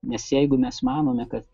nes jeigu mes manome kad